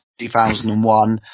2001